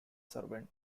servant